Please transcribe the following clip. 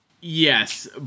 Yes